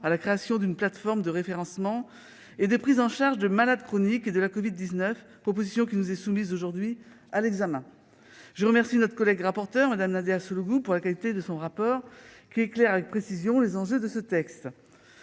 à la création d'une plateforme de référencement et de prise en charge de malades chroniques de la covid-19, aujourd'hui soumise à notre examen. Je remercie également notre collègue rapporteur, Mme Nadia Sollogoub, de la qualité de son rapport, qui éclaire avec précision les enjeux de ce texte.